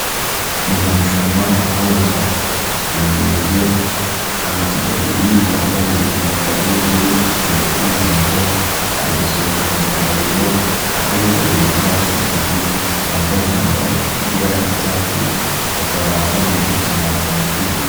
Mu marushanwa ahuza imirenge, amakipe abiri yambaye imyambaro y'ubururu ndetse n'umuhondo ari gusohoka mu rwambariro aho ayobowe n'abasifuzi bambaye imyambaro ifite ibara ry'icyatsi bakaba bagiye gukina umupira.